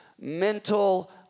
mental